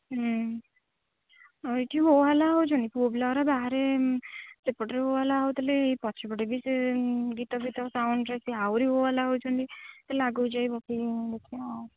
ହମ୍ମ ଏଠି ହୋହାଲ୍ଲା ହେଉଛନ୍ତି ପୁଅ ପିଲାଗୁଡ଼ା ବାହାରେ ସେପଟେ ହୋହାଲ୍ଲା ହଉଥିଲେ ପଛପଟେ ବି ସେ ଗୀତଫିତ ସାଉଣ୍ଡରେ ସେ ଆହୁରି ହୋହାଲ୍ଲା ହେଉଛନ୍ତି ଚାଲ ଆଗକୁ ଯାଇକି ଦେଖିବା ଆଉ